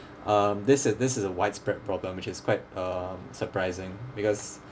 uh this is this is a widespread problem which is quite um surprising because